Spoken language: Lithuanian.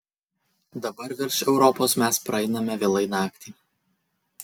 dabar virš europos mes praeiname vėlai naktį